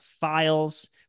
Files